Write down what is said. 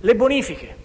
alle bonifiche,